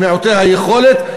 למעוטי היכולת,